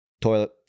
toilet